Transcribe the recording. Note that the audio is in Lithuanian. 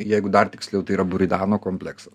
jeigu dar tiksliau tai yra buridano kompleksas